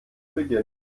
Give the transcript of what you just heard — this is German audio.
beginnt